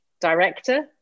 director